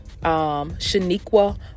Shaniqua